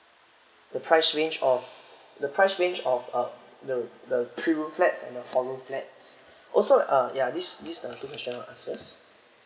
the price range of the price range of uh the the three room flats and the four room flats also uh ya this this uh ask first